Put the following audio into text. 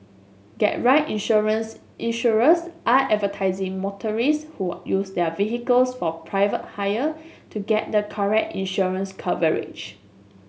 get right insurance Insurers are advertising motorist who use their vehicles for private hire to get the correct insurance coverage